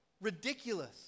ridiculous